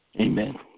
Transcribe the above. Amen